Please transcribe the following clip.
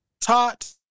taught